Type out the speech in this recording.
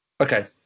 okay